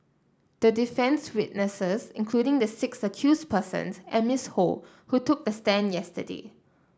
the defence's witnesses including the six accused persons and Miss Ho who took the stand yesterday